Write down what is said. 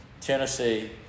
Tennessee